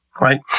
right